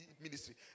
ministry